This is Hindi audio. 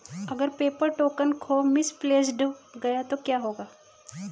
अगर पेपर टोकन खो मिसप्लेस्ड गया तो क्या होगा?